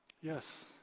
Yes